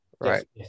right